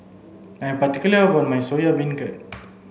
I'm particular about my Soya Beancurd